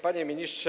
Panie Ministrze!